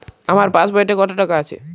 আমার পাসবইতে কত টাকা আছে?